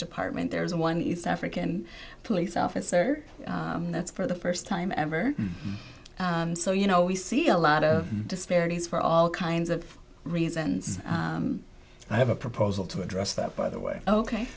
department there's one east african police officer that's for the first time ever so you know we see a lot of disparities for all kinds of reasons i have a proposal to address that by the way ok